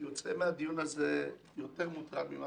יוצא מהדיון הזה יותר מוטרד מכפי